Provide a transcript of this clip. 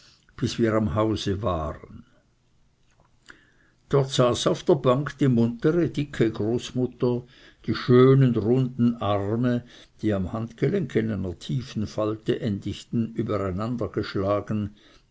bis wir am hause waren dort saß auf der bank die muntere dicke großmutter die schönen runden arme die am handgelenk in einer tiefen falte